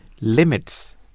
limits